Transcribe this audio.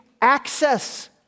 access